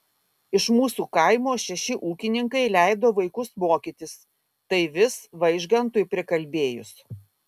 iš mūsų kaimo šeši ūkininkai leido vaikus mokytis tai vis vaižgantui prikalbėjus